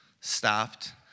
stopped